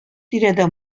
тирәдә